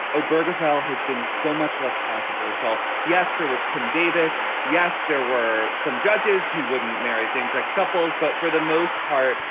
oberg, hell has been so much less controversial. yes, there was kim davis. yes, there were some judges who wouldn't marry same sex couples. but for the most part,